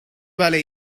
vale